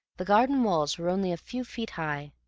the garden walls were only a few feet high.